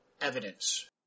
evidence